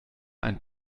ein